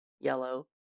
yellow